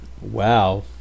Wow